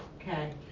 Okay